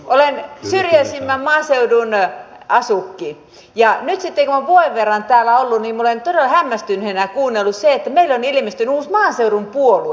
olen syrjäisimmän maaseudun asukki ja nyt sitten kun olen vuoden verran täällä ollut niin minä olen todella hämmästyneenä kuunnellut sitä että meille on ilmestynyt uusi maaseudun puolue